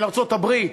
של ארצות-הברית,